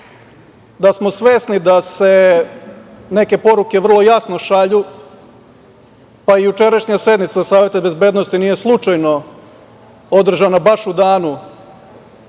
da smo svesni da se neke poruke vrlo jasno šalju, pa i jučerašnja sednica Saveta bezbednosti nije slučajno održana baš u danu